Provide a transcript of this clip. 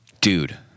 Dude